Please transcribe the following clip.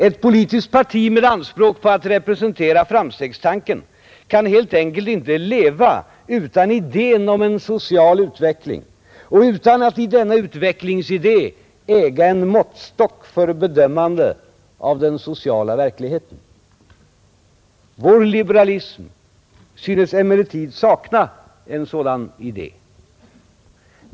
Ett politiskt parti med anspråk på att representera framstegstanken kan helt enkelt inte leva utan idén om en social utveckling och utan att i denna utvecklingsidé äga en måttstock för bedömande av den sociala verkligheten. Vår liberalism synes emellertid sakna en sådan idé.